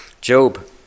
Job